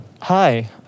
Hi